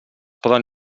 poden